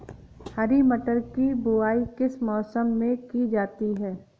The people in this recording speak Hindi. हरी मटर की बुवाई किस मौसम में की जाती है?